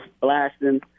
blasting